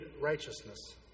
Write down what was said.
righteousness